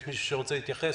יש מי שרוצה להתייחס?